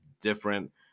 different